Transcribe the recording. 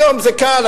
היום זה כאן,